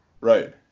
right